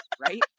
right